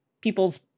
people's